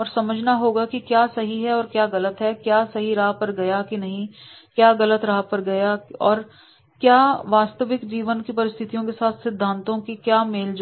और समझना होगा कि क्या सही और क्या गलत है क्या सही राह पर गया क्या गलत राह पर गया और वास्तविक जीवन की स्थितियों के साथ सिद्धांतों की क्या मेलजोल है